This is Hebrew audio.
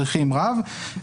צריכים רב.